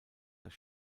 das